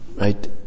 right